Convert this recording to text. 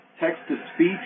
text-to-speech